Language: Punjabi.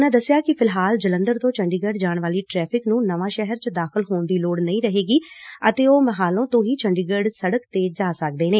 ਉਨ੍ਹਾਂ ਦਸਿਆ ਕਿ ਫਿਲਹਾਲ ਜਲੰਧਰ ਤੋਂ ਚੰਡੀਗੜ੍ਹ ਜਾਣ ਵਾਲੀ ਟ੍ਰੈਫਿਕ ਨ੍ਰੰ ਨਵਾਂ ਸ਼ਹਿਰ ਚ ਦਾਖਲ ਹੋਣ ਦੀ ਲੋੜ ਨਹੀ ਰਹੇਗੀ ਅਤੇ ਉਹ ਮਹਾਲੋ ਤੋ ਹੀ ਚੰਡੀਗੜ੍ਹ ਸੜਕ ਤੇ ਜਾ ਸਕਦੇ ਨੇ